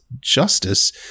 justice